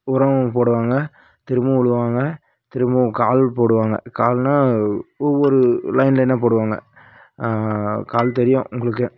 உரம் போடுவாங்க திரும்பவும் உழுவாங்க திரும்பவும் கால் போடுவாங்கள் கால்னா ஒவ்வொரு லைன் லைனாக போடுவாங்க கால் தெரியும் உங்களுக்கு